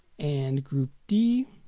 and group d